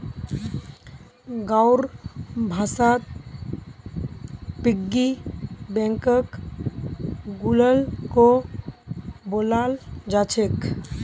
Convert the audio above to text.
गाँउर भाषात पिग्गी बैंकक गुल्लको बोलाल जा छेक